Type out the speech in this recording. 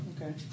Okay